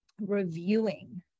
reviewing